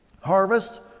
Harvest